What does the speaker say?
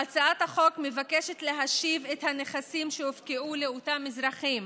הצעת החוק מבקשת להשיב את הנכסים שהופקעו לאותם אזרחים